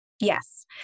Yes